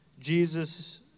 Jesus